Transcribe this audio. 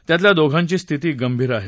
त्यातल्या दोघांची स्थिती गंभीर आहे